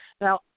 Now